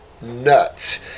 nuts